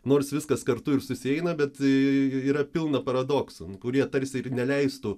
nors viskas kartu ir susieina bet yra pilna paradoksų kurie tarsi ir neleistų